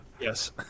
Yes